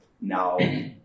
now